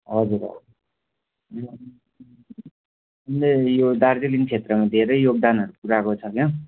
हजुर उनले यो दार्जिलिङ क्षेत्रमा धेरै योगदानहरू पुऱ्याएको छ क्या